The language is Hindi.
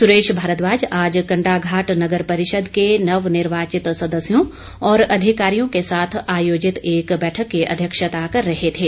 सुरेश भारद्वाज आज कंडाघाट नगर परिषद के नवनिर्वाचित सदस्यों और अधिकारियों के साथ आयोजित एक बैठक की अध्यक्षता कर रहे थे